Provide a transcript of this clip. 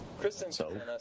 Kristen